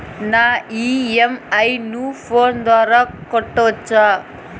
నా ఇ.ఎం.ఐ ను ఫోను ద్వారా కట్టొచ్చా?